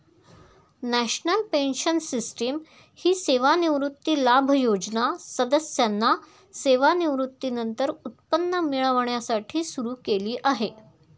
national pension system ही सेवानिवृत्ती लाभ योजना सदस्यांना सेवानिवृत्तीनंतर उत्पन्न मिळण्यासाठी सुरू केली आहे